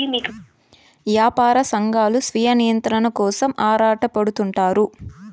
యాపార సంఘాలు స్వీయ నియంత్రణ కోసం ఆరాటపడుతుంటారు